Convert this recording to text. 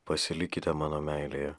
pasilikite mano meilėje